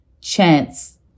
chance